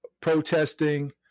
protesting